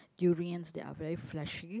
durians that are very fleshy